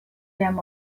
them